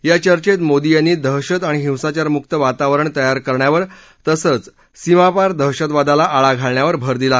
या चर्चेत मोदी यांनी दहशत आणि हिंसाचार मुक वातावरण तयार करण्यावर तसंच सीमापार दहशतवादाला आळा घालण्यावर भर दिला